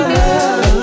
love